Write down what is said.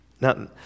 now